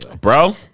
bro